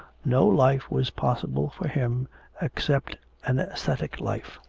no life was possible for him except an ascetic life.